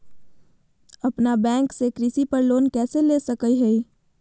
अपना बैंक से कृषि पर लोन कैसे ले सकअ हियई?